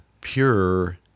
pure